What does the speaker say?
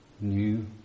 new